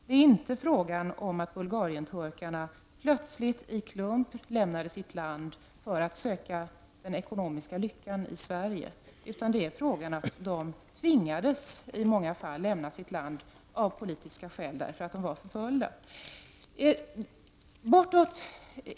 Det är inte fråga om att bulgarienturkarna plötsligt i klump lämnat sitt land för att söka den ekonomiska lyckan i Sverige. De tvingades i många fall lämna sitt land av politiska skäl, därför att de var förföljda.